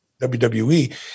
WWE